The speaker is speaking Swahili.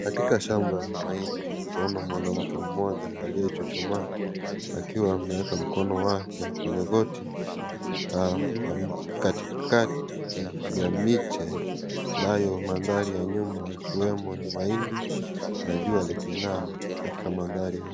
Katika shamba la mahindi, tunaona mwanamke mmoja akiwa amechuchumaa, akiwa ameweka mkono wake kwenye goti, katikati ya miche, nayo manthari ya nyuma ikiwemo ni mahindi, na jua likingaa katika manthari hayo.